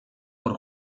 por